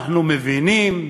אנחנו מבינים,